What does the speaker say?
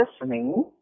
listening